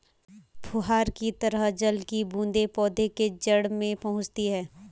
फुहार की तरह जल की बूंदें पौधे के जड़ में पहुंचती है